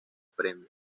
premio